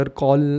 call